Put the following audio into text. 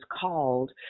called